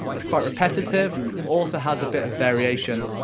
that's quite repetitive but also has a bit of variation,